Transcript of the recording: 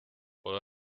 pole